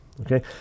okay